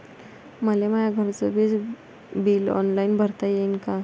मले माया घरचे विज बिल ऑनलाईन भरता येईन का?